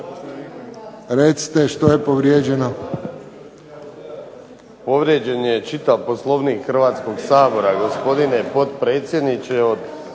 **Vinković, Zoran (SDP)** Povrijeđen je čitav Poslovnik Hrvatskog sabora gospodine potpredsjedniče, od